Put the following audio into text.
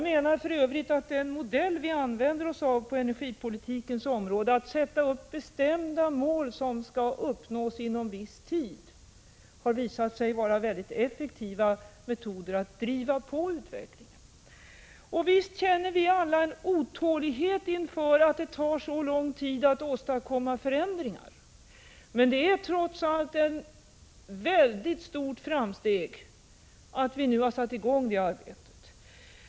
Den modell som vi använder oss av där, att sätta upp bestämda mål som skall uppnås inom viss tid, har visat sig vara effektiv för att driva på utvecklingen. Visst känner vi alla otålighet inför att det tar så lång tid att åstadkomma förändringar, men det är trots allt ett väldigt stort framsteg att vi nu har satt i gång det arbetet.